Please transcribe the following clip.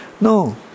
No